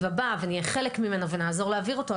הבא ונהיה חלק ממנו ונעזור להעביר אותו,